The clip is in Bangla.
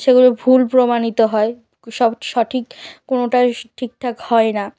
সেগুলো ভুল প্রমাণিত হয় সব সঠিক কোনোটাই সি ঠিকঠাক হয় না